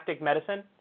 medicine